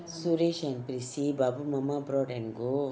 suresh and prissy babu மாமா:mama brought and go